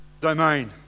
domain